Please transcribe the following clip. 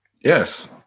Yes